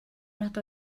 nad